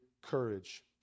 courage